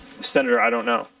senator, i don't know.